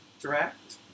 Direct